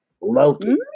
Loki